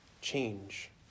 change